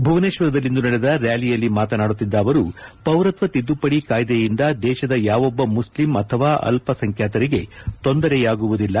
ಭುವನೇಶ್ವರದಲ್ಲಿಂದು ನಡೆದ ರ್ಕಾಲಿಯಲ್ಲಿ ಮಾತನಾಡುತ್ತಿದ್ದ ಅವರು ಪೌರತ್ವ ತಿದ್ದುಪಡಿ ಕಾಯ್ದೆಯಿಂದ ದೇಶದ ಯಾವೊಬ್ಬ ಮುಸ್ಲಿಂ ಅಥವಾ ಅಲ್ಪಸಂಖ್ಯಾತರಿಗೆ ತೊಂದರೆಯಾಗುವುದಿಲ್ಲ